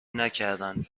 نکردند